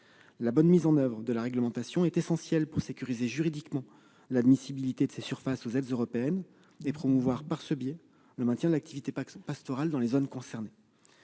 La bonne mise en oeuvre de la réglementation est essentielle pour sécuriser juridiquement l'admissibilité de ces surfaces aux aides européennes et promouvoir par ce biais le maintien de l'activité pastorale dans les zones concernées.